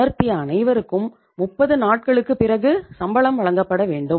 அமர்த்திய அனைவருக்கும் 30 நாட்களுக்குப் பிறகு சம்பளம் வழங்கப்பட வேண்டும்